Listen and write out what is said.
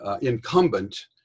incumbent